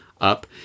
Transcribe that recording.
up